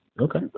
Okay